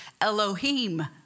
Elohim